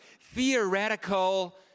theoretical